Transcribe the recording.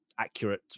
accurate